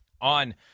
on